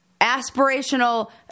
aspirational